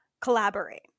collaborate